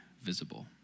visible